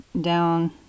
down